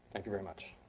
thank you very much.